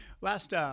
Last